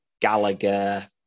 Gallagher